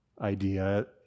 idea